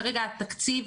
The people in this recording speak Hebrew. כרגע התקציב,